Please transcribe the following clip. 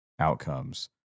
Outcomes